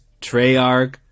Treyarch